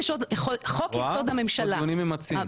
יש פה דיונים ממצים.